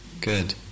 Good